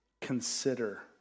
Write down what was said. consider